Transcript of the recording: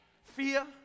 fear